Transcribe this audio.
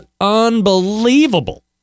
unbelievable